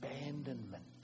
abandonment